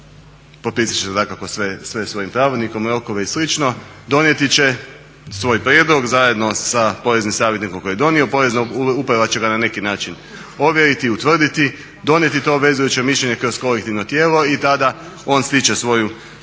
popisat će se dakako sve svojim pravilnikom, rokove i slično, donijeti će svoj prijedlog zajedno sa poreznim savjetnikom koji je donio. Porezna uprava će ga na neki način ovjeriti, utvrditi, donijeti to obvezujuće mišljenje kroz kolektivno tijelo i tada on stiče svoju sigurnost